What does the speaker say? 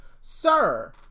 sir